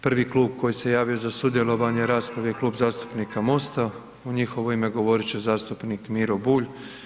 Prvi klub koji se javio za sudjelovanje u raspravi je Klub zastupnika Most-a u njihovo ime govorit će zastupnik Miro Bulj.